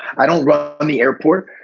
i don't run on the airport.